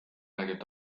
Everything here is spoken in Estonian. räägib